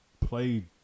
played